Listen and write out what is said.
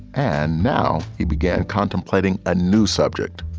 and now he began contemplating a new subject.